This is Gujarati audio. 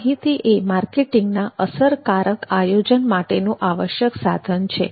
માહિતી એ માર્કેટિંગના અસરકારક આયોજન માટેનું આવશ્યક સાધન છે